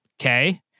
okay